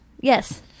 Yes